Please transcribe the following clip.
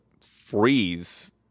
freeze